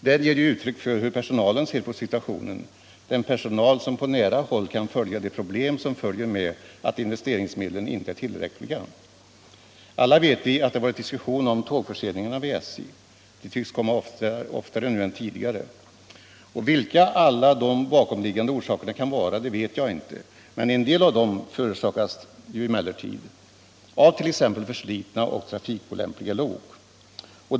Den ger uttryck för hur personalen ser på situationen, den personal som på nära håll kan se de problem som följer med att investeringsmedlen inte är tillräckliga. Alla vet vi att det varit diskussion om tågförseningarna vid SJ. De tycks komma oftare nu än tidigare. Vilka alla de bakomliggande orsakerna kan vara, vet jag inte. En del av dem kan emellertid vara t.ex. förslitna och trafikolämpliga lok.